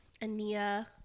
Ania